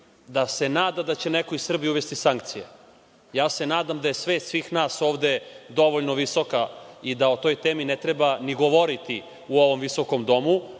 da se nada da će neko Srbiji uvesti sankcije. Nadam se da je svest svih nas ovde dovoljno visoka i da o toj temi ne treba ni govoriti u ovom visokom domu,